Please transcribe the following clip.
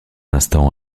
instant